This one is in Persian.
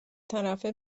طرفه